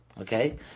Okay